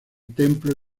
templo